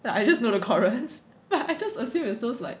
I just know the chorus I just assume is those like